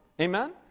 Amen